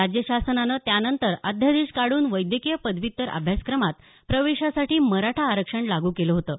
राज्यशासनानं त्यानंतर अध्यादेश काढून वैद्यकीय पदव्युत्तर अभ्यासक्रमात प्रवेशासाठी मराठा आरक्षण लागू केलं होतं